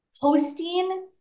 posting